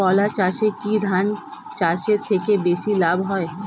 কলা চাষে কী ধান চাষের থেকে বেশী লাভ হয়?